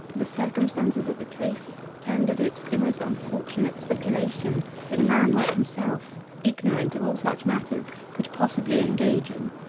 the circumstances of the case tendered it the most unfortunate speculation that a man like himself ignorant of all such matters could possibly engage in.